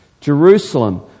Jerusalem